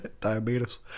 Diabetes